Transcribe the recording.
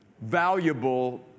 valuable